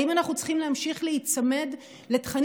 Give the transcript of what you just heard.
האם אנחנו צריכים להמשיך להיצמד לתכנים